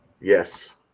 Yes